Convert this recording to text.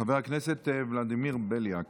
חבר הכנסת ולדימיר בליאק.